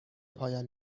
پایان